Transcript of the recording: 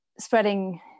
spreading